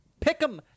pick'em